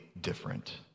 different